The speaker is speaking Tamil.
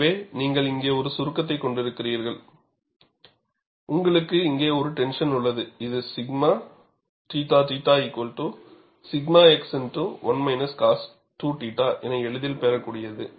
எனவே நீங்கள் இங்கே ஒரு சுருக்கத்தைக் கொண்டிருக்கிறீர்கள் உங்களுக்கு இங்கே ஒரு டென்ஷன் உள்ளது இது δ θθδ xx 1 cos⁡2θ என எளிதில் பெறக்கூடியது